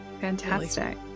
Fantastic